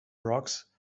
rocks